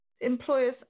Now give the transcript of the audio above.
employers